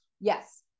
Yes